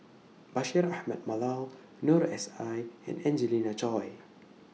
Bashir Ahmad Mallal Noor S I and Angelina Choy